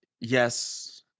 yes